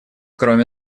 кроме